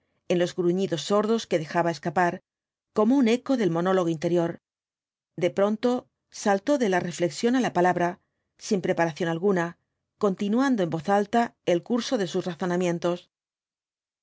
en los gruñidos sordos que dejaba escapar como un eco del monólogo interior de pronto saltó de la reflexión á la palabra sin preparación alguna continuando en voz alta el curso de sus razonamientos